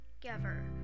Together